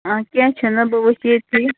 آ کیٚنٛہہ چھُنہٕ بہٕ ؤچھٕ ییٚتی